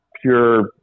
pure